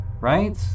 Right